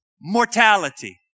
mortality